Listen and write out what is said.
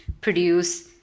produce